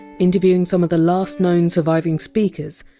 interviewing some of the last known surviving speakers,